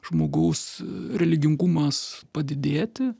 žmogaus religingumas padidėti